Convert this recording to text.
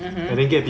mmhmm